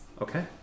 Okay